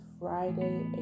friday